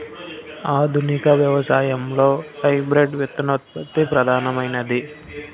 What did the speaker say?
ఆధునిక వ్యవసాయంలో హైబ్రిడ్ విత్తనోత్పత్తి ప్రధానమైనది